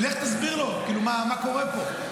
לך תסביר לו מה קורה פה.